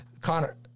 Connor